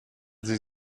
sie